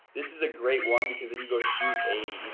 this is a great one because then you go shoot a you know,